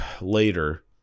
later